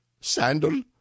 sandal